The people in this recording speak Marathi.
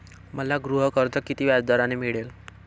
मला गृहकर्ज किती व्याजदराने मिळेल?